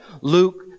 Luke